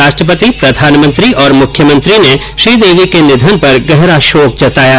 राष्ट्रपति प्रधानमंत्री और मुख्यमंत्री ने श्रीदेवी के निधन पर गहरा शोक जताया है